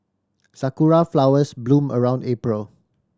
sakura flowers bloom around April